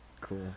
cool